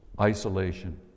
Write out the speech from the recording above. isolation